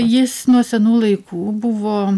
jis nuo senų laikų buvo